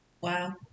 Wow